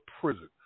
prison